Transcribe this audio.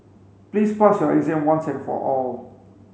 please pass your exam once and for all